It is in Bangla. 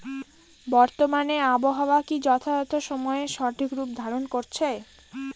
বর্তমানে আবহাওয়া কি যথাযথ সময়ে সঠিক রূপ ধারণ করছে?